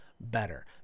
better